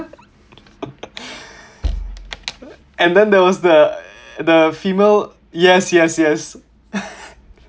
and then there was the the female yes yes yes